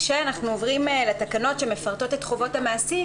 כשאנחנו עוברים לתקנות שמפרטות את חובות המעסיק,